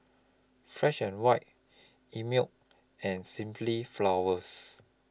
Fresh and White Einmilk and Simply Flowers